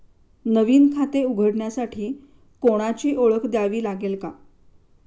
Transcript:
नवीन खाते उघडण्यासाठी कोणाची ओळख द्यावी लागेल का?